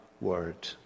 word